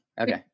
Okay